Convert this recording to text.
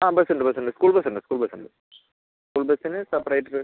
ആ ബസ് ഉണ്ട് ബസ് ഉണ്ട് സ്കൂൾ ബസ് ഉണ്ട് സ്കൂൾ ബസ് ഉണ്ട് സ്കൂൾ ബസിന് സെപ്പറേറ്റ്